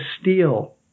steal